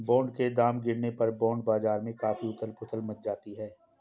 bond के दाम गिरने पर बॉन्ड बाजार में काफी उथल पुथल मच जाती है